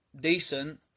decent